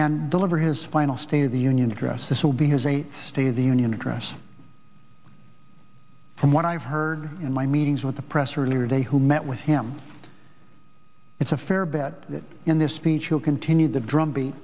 and deliver his final state of the union address this will be his eighth state of the union address from what i've heard in my meetings with the press earlier today who met with him it's a fair bet that in this speech you'll continue the drumbe